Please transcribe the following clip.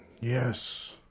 Yes